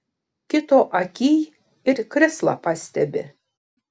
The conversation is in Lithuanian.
kito akyj ir krislą pastebi